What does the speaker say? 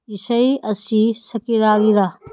ꯏꯁꯩ ꯑꯁꯤ ꯁꯀꯤꯔꯥꯒꯤꯔ